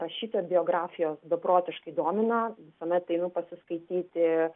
rašytojų biografijos beprotiškai domina visuomet einu pasiskaityti